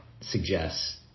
suggests